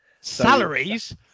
Salaries